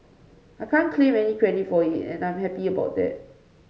I can't claim any credit for it and I'm happy about that